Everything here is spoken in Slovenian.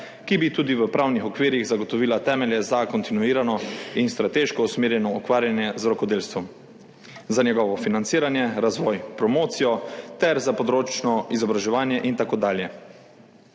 ki bi tudi v pravnih okvirih zagotovila temelje za kontinuirano in strateško usmerjeno ukvarjanje z rokodelstvom, za njegovo financiranje, razvoj, promocijo ter za področno izobraževanje in tako dalje.